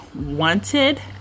wanted